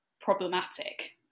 problematic